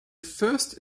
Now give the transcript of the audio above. first